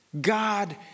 God